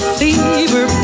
fever